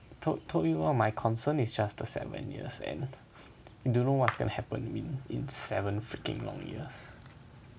told told you orh my concern is just the seven years and you don't know what's gonna happen in in seven freaking long years